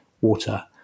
water